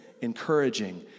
encouraging